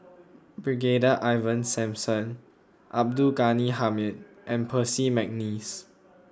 Brigadier Ivan Simson Abdul Ghani Hamid and Percy McNeice